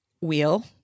wheel